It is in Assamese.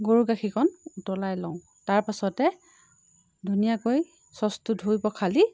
গৰু গাখীৰকণ উতলাই লওঁ তাৰপাছতে ধুনীয়াকৈ ছচটো ধুই পখালি